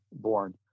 born